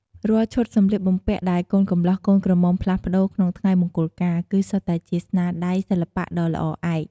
រាល់ឈុតសម្លៀកបំពាក់ដែលកូនកម្លោះកូនក្រមុំផ្លាស់ប្ដូរក្នុងថ្ងៃមង្គលការ គឺសុទ្ធតែជាស្នាដៃសិល្បៈដ៏ល្អឯក។